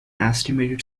estimated